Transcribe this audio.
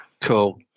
Cool